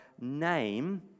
name